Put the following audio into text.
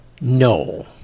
No